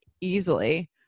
easily